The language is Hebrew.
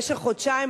במשך חודשיים,